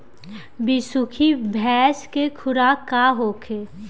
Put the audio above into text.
बिसुखी भैंस के खुराक का होखे?